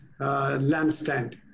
lampstand